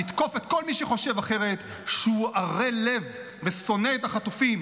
נתקוף את כל מי שחושב אחרת שהוא ערל לב ושונא את החטופים,